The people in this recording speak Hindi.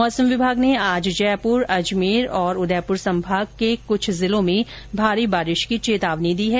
मौसम विभाग ने आज भी जयपुर अजमेर और उदयपुर संभाग के कुछ जिलों में भारी बारिश की चेतावनी दी है